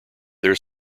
there